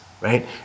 right